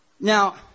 Now